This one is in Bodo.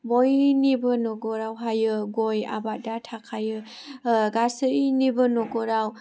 बयनिबो न'खरावहाय गय आबादा थाखायो गासैनिबो न'खराव